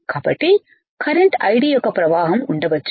కాబట్టి current ID యొక్క ప్రవాహం ఉండవచ్చు